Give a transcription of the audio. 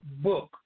book